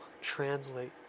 Translate